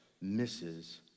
misses